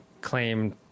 claim